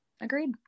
Agreed